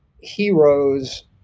heroes